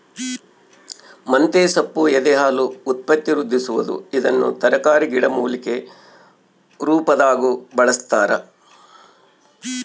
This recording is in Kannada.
ಮಂತೆಸೊಪ್ಪು ಎದೆಹಾಲು ಉತ್ಪತ್ತಿವೃದ್ಧಿಸುವದು ಇದನ್ನು ತರಕಾರಿ ಗಿಡಮೂಲಿಕೆ ರುಪಾದಾಗೂ ಬಳಸ್ತಾರ